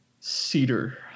cedar